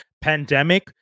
pandemic